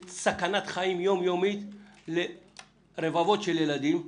זו סכנת חיים יום יומית לרבבות ילדים.